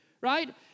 right